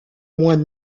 moins